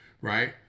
Right